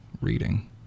reading